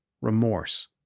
remorse